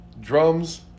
drums